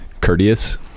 Courteous